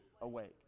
awake